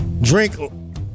Drink